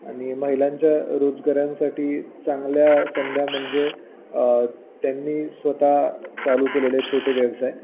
आणि महिलांच्या रोजगारांसाठी चांगल्या संधी म्हणजे त्यांनी स्वत चालू केलेले छोटे व्यवसाय